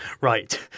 Right